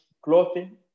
clothing